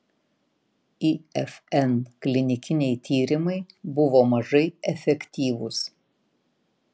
ifn klinikiniai tyrimai buvo mažai efektyvūs